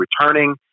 returning